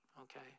okay